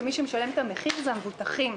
ומי שמשלם את המחיר זה המבוטחים.